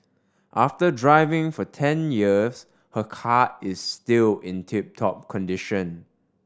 after driving for ten years her car is still in tip top condition